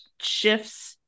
shifts